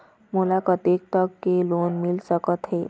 मोला कतेक तक के लोन मिल सकत हे?